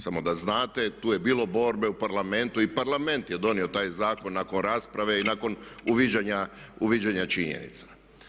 Samo da znate, tu je bilo borbe u Parlamentu i Parlament je donio taj zakon nakon rasprave i nakon uviđanja činjenica.